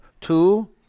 Two